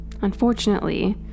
unfortunately